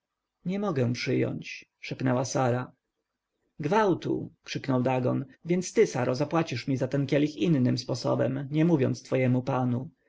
nie mogę przyjąć szepnęła sara gwałtu krzyknął dagon więc ty saro zapłacisz mi za ten kielich innym sposobem nie mówiąc twojemu panu